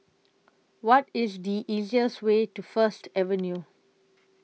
What IS The easiest Way to First Avenue